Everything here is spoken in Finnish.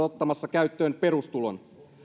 ottamassa käyttöön perustulon